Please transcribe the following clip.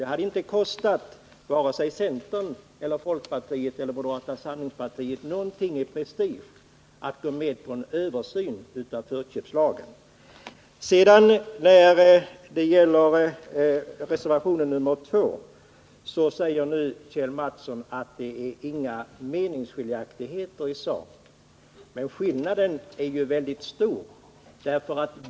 Det hade inte kostat vare sig centern, folkpartiet eller moderaterna något i prestige att gå med på en översyn av förköpslagen. Beträffande reservationen 2 säger Kjell Mattsson att det inte behöver råda några meningsskiljaktigheter i sak mellan honom och mig. Men skillnaden mellan våra uppfattningar är väldigt stor.